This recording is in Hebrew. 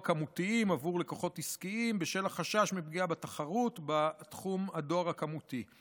כמותיים עבור לקוחות עסקיים בשל החשש מפגיעה בתחרות בתחום הדואר הכמותי.